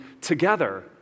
together